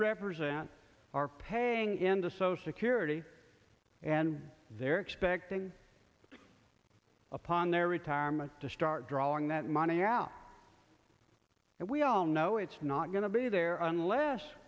represent are paying into social security and they're expecting upon their retirement to start drawing that money out and we all know it's not going to be there unless